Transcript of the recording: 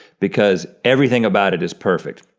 because everything about it is perfect.